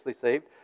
saved